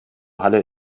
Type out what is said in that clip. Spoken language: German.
halle